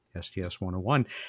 STS-101